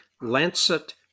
Lancet